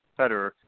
Federer